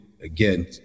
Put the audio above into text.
again